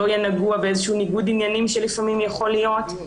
שלא יהיה נגוע בניגוד עניינים שלפעמים יכול להיות,